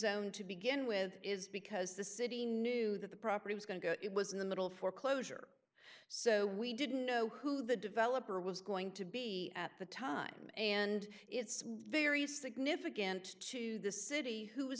d to begin with is because the city knew that the property was going to go it was in the middle of foreclosure so we didn't know who the developer was going to be at the time and it's very significant to the city who